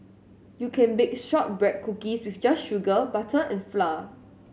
you can bake shortbread cookies with just sugar butter and flour